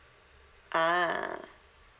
ah